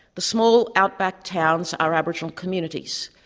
the small outback towns are aboriginal communities,